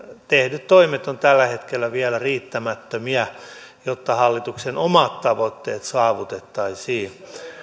tehdyt toimet ovat tällä hetkellä vielä riittämättömiä jotta hallituksen omat tavoitteet saavutettaisiin